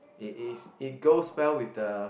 it is it goes well with the